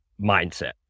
mindset